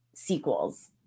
sequels